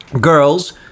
girls